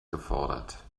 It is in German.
gefordert